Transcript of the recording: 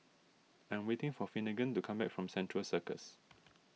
I am waiting for Finnegan to come back from Central Circus